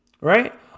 right